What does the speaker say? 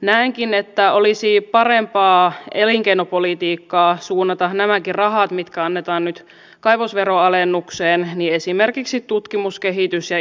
näenkin että olisi parempaa elinkeinopolitiikkaa suunnata nämäkin rahat mitkä annetaan nyt kaivosveron alennukseen esimerkiksi tutkimus kehitys ja